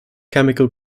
chemical